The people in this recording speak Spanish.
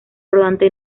rodante